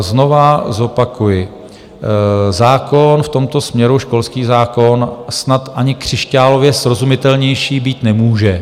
Znova zopakuji, zákon v tomto směru, školský zákon, snad ani křišťálově srozumitelnější být nemůže.